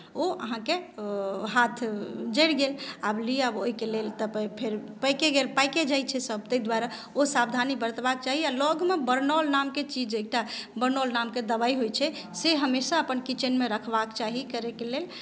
ओ अहाँके हाथ जड़ि गेल आब लिअ आब ओहिके लेल तऽ फेर पाकिए गेल पाकिए जाइत छै सभ ताहि द्वारे ओ सावधानी बरतबाक चाही आ लगमे बरनोल नामके चीज एकटा बरनोल नामक दवाइ होइत छै से हमेशा अपन किचनमे रखबाक चाही करयके लेल